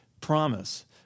Promise